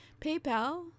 PayPal